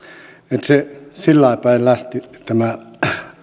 että se sillai päin lähti tämä